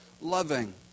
loving